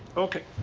ok.